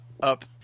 up